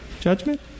judgment